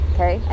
Okay